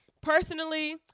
Personally